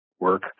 Work